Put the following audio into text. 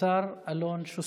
השר אלון שוסטר,